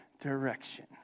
Direction